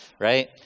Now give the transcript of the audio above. right